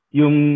yung